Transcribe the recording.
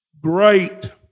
great